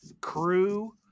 crew